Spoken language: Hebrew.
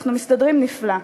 אנחנו מסתדרים נפלא.